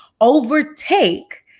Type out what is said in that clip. overtake